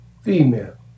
female